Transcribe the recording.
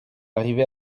arriver